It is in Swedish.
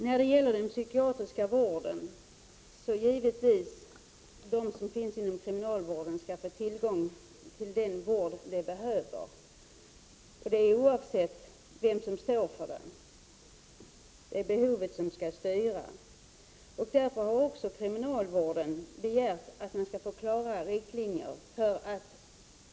När det gäller den psykiatriska vården skall givetvis de som finns inom kriminalvården få tillgång till den vård de behöver, oavsett vem som står för den. Det är behovet som skall styra.